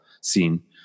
scene